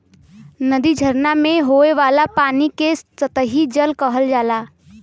नदी, झरना में होये वाला पानी के सतही जल कहल जाला